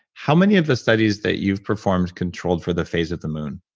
how many of the studies that you've performed, controlled for the phase of the moon?